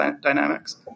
dynamics